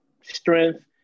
strength